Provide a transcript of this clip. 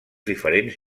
diferents